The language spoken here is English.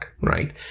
right